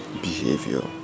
behavior